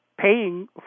paying